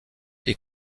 est